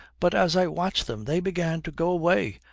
but as i watched them they began to go away,